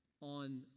on